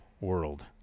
world